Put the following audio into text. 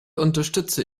unterstütze